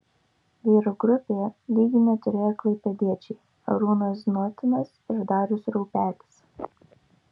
vyrų grupėje lygių neturėjo klaipėdiečiai arūnas znotinas ir darius raupelis